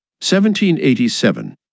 1787